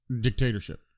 dictatorship